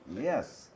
Yes